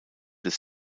des